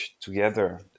together